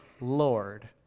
Lord